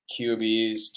QBs